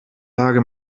lage